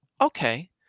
okay